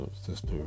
sister